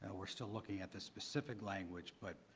ah we are still looking at the specific language. but,